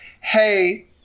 hey